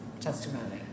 testimony